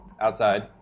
outside